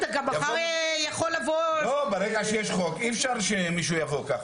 ברגע שיש חוק, אי אפשר שמישהו יבוא ויעשה כך.